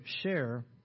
share